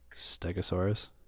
Stegosaurus